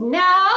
no